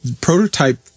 prototype